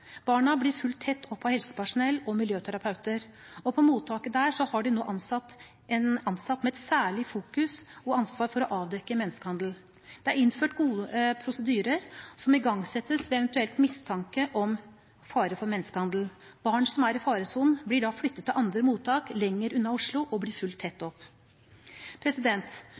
Barna blir fulgt tett opp av helsepersonell og miljøterapeuter, og på mottaket der har de nå ansatt en person med særlig fokus på og ansvar for å avdekke menneskehandel. Det er innført gode prosedyrer som igangsettes ved eventuell mistanke om fare for menneskehandel. Barn som er i faresonen, blir da flyttet til andre mottak lenger unna Oslo og blir fulgt tett opp.